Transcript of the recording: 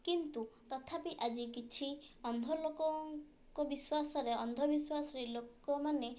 କିନ୍ତୁ ତଥାପି ଆଜି କିଛି ଅନ୍ଧ ଲୋକଙ୍କ ବିଶ୍ୱାସରେ ଅନ୍ଧ ବିଶ୍ୱାସରେ ଲୋକମାନେ